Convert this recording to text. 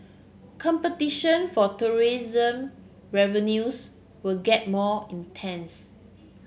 competition for tourism revenues will get more intense